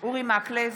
אורי מקלב,